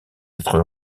être